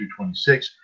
226